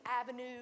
avenue